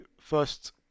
first